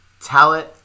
talent